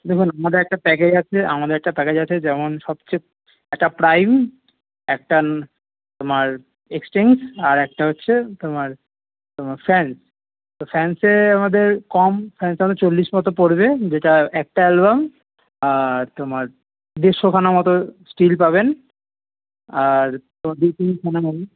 দেখুন আমাদের একটা প্যাকেজ আছে আমাদের একটা প্যাকেজ আছে যেমন সবচেয়ে একটা প্রাইম একটা তোমার এক্সচেঞ্জ আর একটা হচ্ছে তোমার তোমার ফ্যানস তো ফ্যানসে আমাদের কম ফ্যানসে আমাদের চল্লিশ মতো পড়বে যেটা একটা অ্যালবাম আর তোমার দেড়শোখানা মতো স্টিল পাবেন আর দু তিনখানা